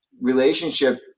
relationship